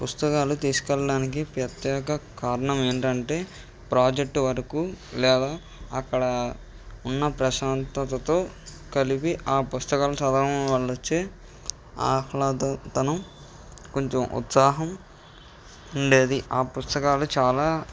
పుస్తకాలు తీసుకెళ్డానికి ప్రత్యేక కారణం ఏంటంటే ప్రాజెక్ట్ వర్కు లేదా అక్కడ ఉన్న ప్రశాంతతతో కలిపి ఆ పుస్తకాలను చదవడం వల్లొచ్చే ఆహ్లాదతనం కొంచెం ఉత్సాహం ఉండేది ఆ పుస్తకాలు చాలా